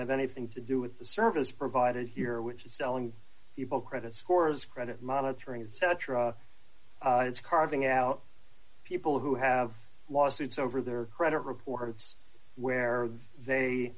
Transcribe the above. have anything to do with the service provided here which is selling people credit scores credit monitoring and cetera it's carving out people who have lawsuits over their credit reports where